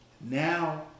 Now